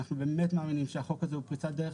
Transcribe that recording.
אנחנו באמת מאמינים שהחוק הזה הוא פריצת דרך